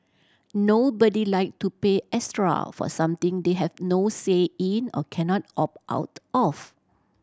nobody like to pay extra for something they have no say in or cannot opt out of